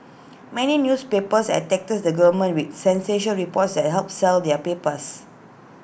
many newspapers attack this the government with sensational reports that help sell their papers